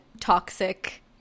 toxic